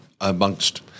amongst